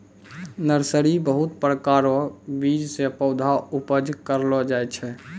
nursery बहुत प्रकार रो बीज से पौधा उपज करलो जाय छै